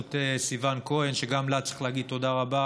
בראשות סיון כהן, שגם לה צריך להגיד תודה רבה.